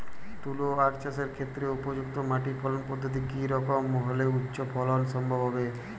তুলো আঁখ চাষের ক্ষেত্রে উপযুক্ত মাটি ফলন পদ্ধতি কী রকম হলে উচ্চ ফলন সম্ভব হবে?